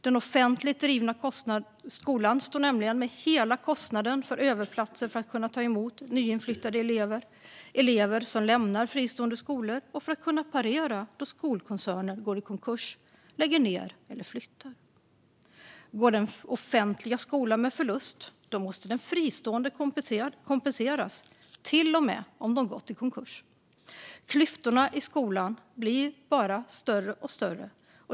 Den offentligt drivna skolan står nämligen med hela kostnaden för överplatser för att kunna ta emot nyinflyttade elever och elever som lämnar fristående skolor och för att parera då skolkoncerner går i konkurs, lägger ned eller flyttar. Går den offentliga skolan med förlust måste den fristående kompenseras till och med om den har gått i konkurs. Klyftorna i skolan blir bara större och större.